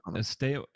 Stay